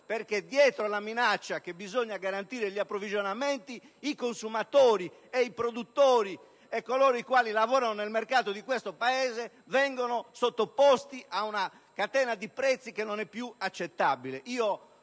perché, dietro la minaccia che bisogna garantire gli approvvigionamenti, i consumatori, i produttori e coloro i quali lavorano nel mercato di questo Paese vengono sottoposti ad una catena di prezzi che non è più accettabile.